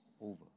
over